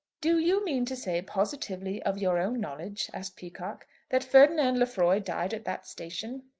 do you mean to say positively of your own knowledge, asked peacocke, that ferdinand lefroy died at that station?